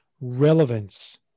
relevance